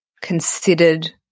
considered